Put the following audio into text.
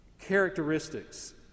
characteristics